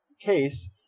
case